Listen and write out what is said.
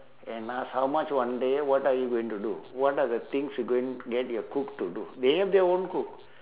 and ask how much one day what are you going to do what are the things you going get your cook to do they have their own cook